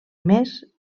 més